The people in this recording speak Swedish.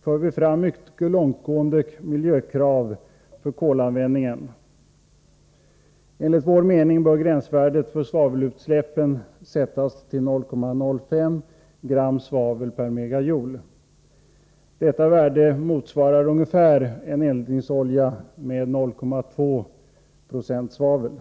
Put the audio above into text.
för vi fram mycket långtgående miljökrav för kolanvändning. Enligt vår mening bör gränsvärdet för svavelutsläppen sättas vid 0,05 g svavel per MJ. Detta värde motsvarar en eldningsolja med ungefär 0,2 90 svavel.